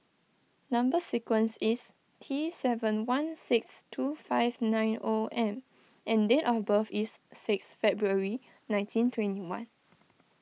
Number Sequence is T seven one six two five nine O M and date of birth is six February nineteen twenty one